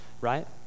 right